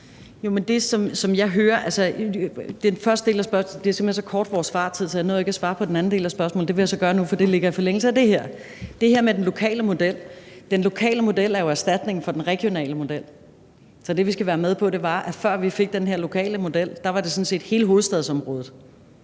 ikke nåede at svare på den anden del af spørgsmålet, men det vil jeg så gøre nu, for det ligger i forlængelse af det her. Og det er det her med den lokale model. Den lokale model er jo en erstatning for den regionale model, så det, vi skal være med på, er, at før vi fik den her lokale model, var det sådan set hele hovedstadsområdet